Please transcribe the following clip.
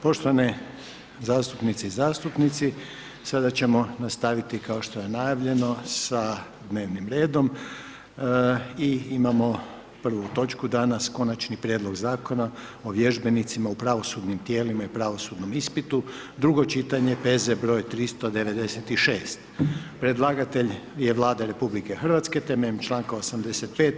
Poštovane zastupnice i zastupnici sada ćemo nastaviti kao što je najavljeno sa dnevnim redom i imamo prvu točku danas: - Konačni prijedlog Zakona o vježbenicima u pravosudnim tijelima i pravosudnom ispitu, drugo čitanje, P.Z. br. 396 Predlagatelj je Vlada Republike Hrvatske temeljem članka 85.